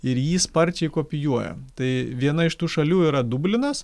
ir ji sparčiai kopijuoja tai viena iš tų šalių yra dublinas